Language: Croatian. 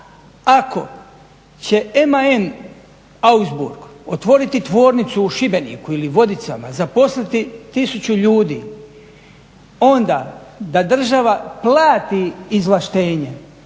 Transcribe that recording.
Ako će Ema M Augsburg otvoriti tvornicu u Šibeniku ili Vodicama, zaposliti tisuću ljudi onda da država plati izvlaštenje,